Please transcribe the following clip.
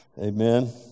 Amen